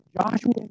Joshua